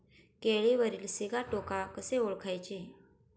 केळीवरील सिगाटोका कसे ओळखायचे?